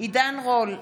עידן רול,